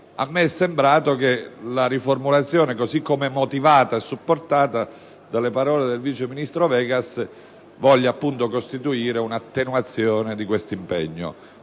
A me è sembrato che la riformulazione, così come motivata e supportata dalle parole del vice ministro Vegas voglia appunto costituire un'attenuazione di questo impegno.